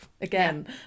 again